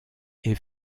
est